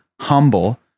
humble